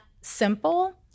simple